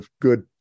good